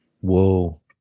Whoa